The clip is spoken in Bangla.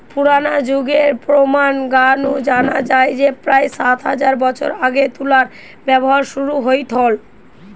পুরনা যুগের প্রমান গা নু জানা যায় যে প্রায় সাত হাজার বছর আগে তুলার ব্যবহার শুরু হইথল